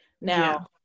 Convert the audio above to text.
Now